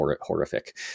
horrific